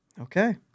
Okay